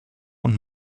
und